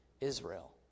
Israel